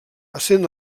essent